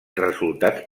resultats